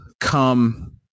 Come